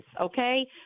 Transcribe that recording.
okay